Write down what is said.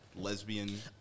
Lesbian